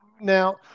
now